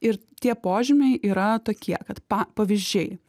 ir tie požymiai yra tokie kad pa pavyzdžiai